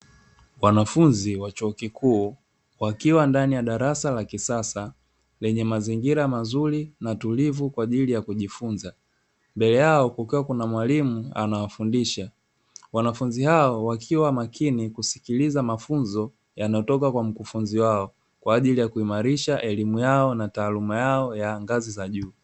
Wanafunzi wa chuo kikuu wakiwa ndani ya darasa la kisasa, lenye mazingira mazuri na tulivu kwaajili ya kujifunza. Mbele yao kukiwa kuna na mwalimu anawafundisha. Wanafunzi hao wakiwa makini kusikiliza mafunzo yanayotoka kwa mkufunzi wao kwaajili ya kuimarisha elimu yao na taaluma yao ya ngazi ya juu.